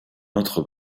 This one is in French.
autre